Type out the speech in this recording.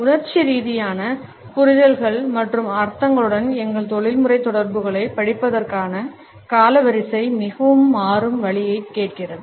உணர்ச்சி ரீதியான புரிதல்கள் மற்றும் அர்த்தங்களுடன் எங்கள் தொழில்முறை தொடர்புகளைப் படிப்பதற்கான காலவரிசை மிகவும் மாறும் வழியைக் கேட்கிறது